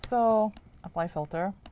so apply filter.